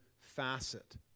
facet